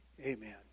Amen